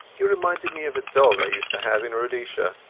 he reminded me of a dog i used to have in rhodesia,